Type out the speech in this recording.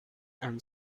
and